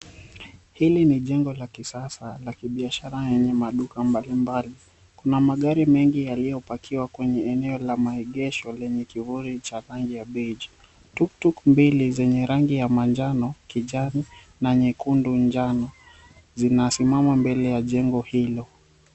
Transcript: Hili ni jengo la kisasa la kibiashara yenye maduka mbali mbali. Kuna magari mengi yaliyopakiwa kwenye eneo la maegesho lenye kihuri cha rangi ya beiji. Tuktuk mbili zenye rangi ya manjano, kijani na nyekundu njano zinasimama mbele ya jengo hilo.